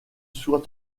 soit